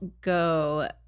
go